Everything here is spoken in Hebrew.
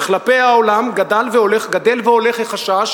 וכלפי העולם גדל והולך החשש